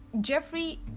Jeffrey